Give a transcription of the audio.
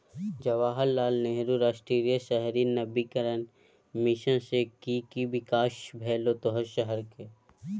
जवाहर लाल नेहरू राष्ट्रीय शहरी नवीकरण मिशन सँ कि कि बिकास भेलौ तोहर शहरक?